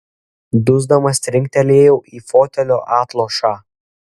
dusdamas trinktelėjau į fotelio atlošą